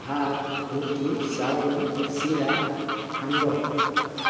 ভাত ৰুটি chow mein চিৰা সান্দহ